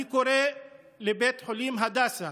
אני קורא לבית החולים הדסה